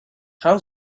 how